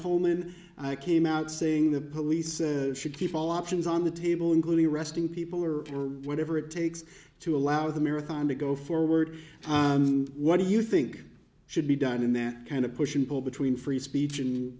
miracleman i came out saying the police should keep all options on the table including arresting people or whatever it takes to allow the marathon to go forward what do you think should be done in that kind of push and pull between free speech